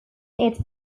its